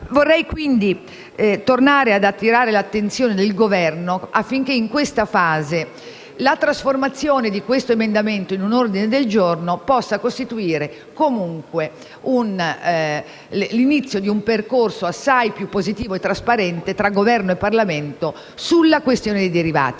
Vorrei quindi tornare a richiamare l'attenzione del Governo affinché in questa fase la trasformazione dell'emendamento 1.23 in un ordine del giorno possa costituire comunque l'inizio di un percorso assai più positivo e trasparente tra Governo e Parlamento sulla questione dei derivati.